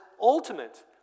ultimate